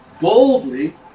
boldly